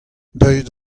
deuet